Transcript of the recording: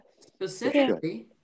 Specifically